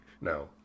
No